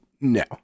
No